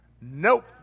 Nope